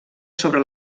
sobre